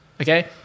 okay